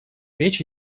речь